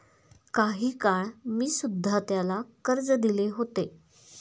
काही काळ मी सुध्धा त्याला कर्ज दिले होते